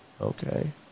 Okay